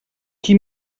qui